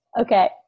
Okay